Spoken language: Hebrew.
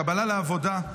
קבלה לעבודה,